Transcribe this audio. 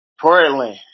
Portland